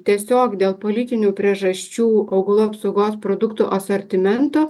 tiesiog dėl politinių priežasčių augalų apsaugos produktų asortimento